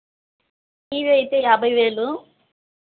TV అయితే యాభై వేలు